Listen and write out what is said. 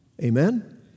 Amen